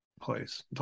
place